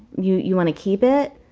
you you want to keep it?